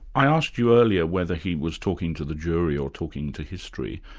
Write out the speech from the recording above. i asked you earlier whether he was talking to the jury or talking to history,